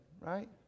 right